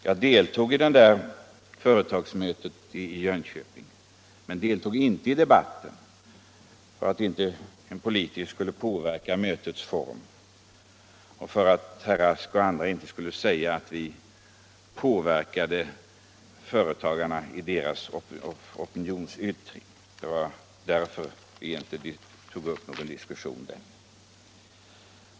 Jag deltog i företagarmötet i Jönköping, men jag deltog inte i debatten — för att inte en politiker skulle påverka mötets utformning och för att inte herr Rask och andra skulle säga att vi från vårt håll påverkade företagarna i deras opinionsyttringar. Det var därför jag inte tog upp någon diskussion där.